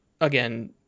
again